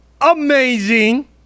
amazing